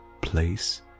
place